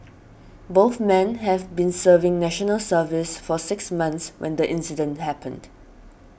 both men have been serving National Service for six months when the incident happened